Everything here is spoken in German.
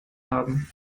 haben